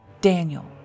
Daniel